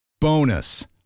Bonus